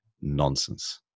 Nonsense